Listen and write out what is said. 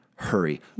Hurry